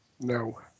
No